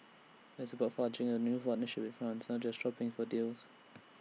IT is about forging A new Warner ship with France not just shopping for deals